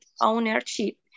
ownership